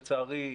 לצערי,